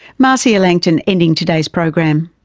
marcia langton, ending today's program.